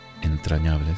entrañables